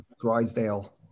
Drysdale